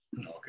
Okay